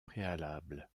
préalable